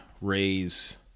raise